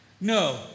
No